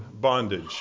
bondage